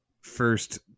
first